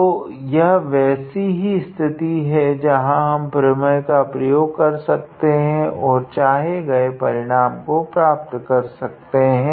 तो यह वैसी ही एक स्थिति है जहाँ हम प्रमेय का प्रयोग कर सकते है तथा चाहे गए परिमाण को प्राप्त कर सकते है